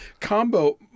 combo